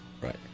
Right